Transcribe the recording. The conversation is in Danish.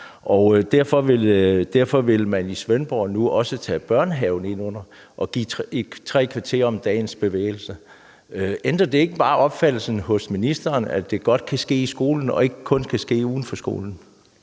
Derfor vil man i Svendborg nu også tage børnehaven med og give tre kvarters bevægelse om dagen. Ændrer det ikke opfattelsen hos ministeren til, at det godt kan ske i skolen og ikke kun kan ske uden for skolen?